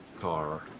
car